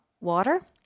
water